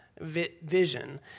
vision